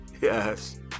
Yes